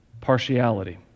partiality